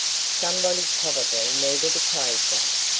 somebody probably needed a clothesline.